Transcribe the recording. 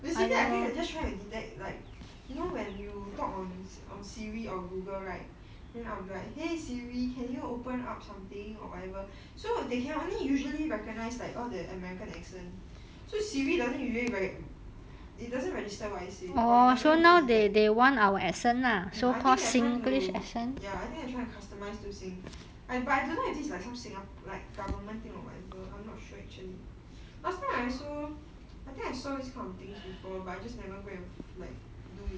basically I think you just try and detect like you know when you talk once on Siri or Google right then I'm like !hey! Siri can you open up something or whatever so they can only usually recognised like all the american accent so Siri doesn't usually right it doesn't register what I say or it doesn't really detect um I think they are trying to ya I think I try and customised to sing I but I don't know if this is some singapore like government thing or whatever I'm not sure actually last time I saw I think I saw this kind of things before but I just never go and like do it